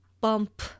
bump